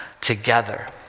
together